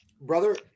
Brother